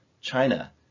China